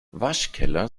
waschkeller